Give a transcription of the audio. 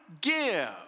give